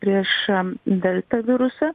prieš delta virusą